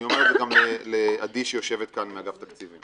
ואני אומר את זה גם לעדי שיושבת כאן מאגף תקציבים.